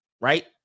Right